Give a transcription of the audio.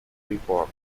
reform